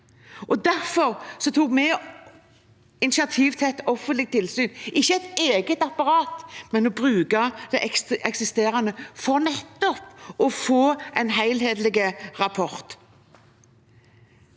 Derfor tok vi initiativ til et offentlig tilsyn – ikke et eget apparat, men å bruke det eksisterende – for å få en helhetlig rapport.